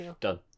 Done